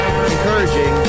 encouraging